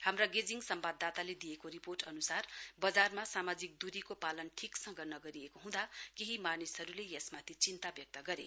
हाम्रा गेजिङ संवाददाताले दिएको रिपोर्ट अन्सार बजारमा सामाजिक द्रीको पालन ठीसँग नगरिएको हुँदा केही मानिसहरूले यसमाथि चिन्ता व्यक्त गरे